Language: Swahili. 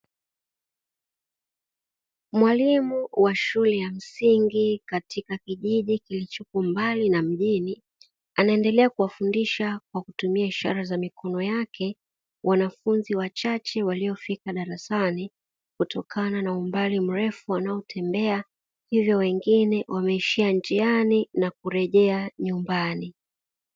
Mwalimu wa shule ya msingi katika kijiji kilichoko mbali na mjini, anaendelea kuwafundisha kwa kutumia ishara za mikono yake wanafunzi wachache waliofika darasani kutokana na umbali mrefu wanaotembea, hivyo wengine wameishia njiani na kurejea nyumbani.